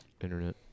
Internet